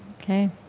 ok.